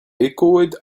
echoed